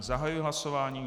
Zahajuji hlasování.